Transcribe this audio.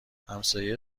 همسایه